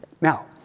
Now